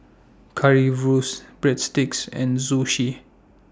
Currywurst Breadsticks and Zosui